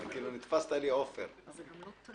אי-אפשר לרשום פרוטוקול.